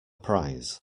prize